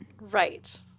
right